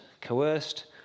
coerced